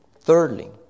Thirdly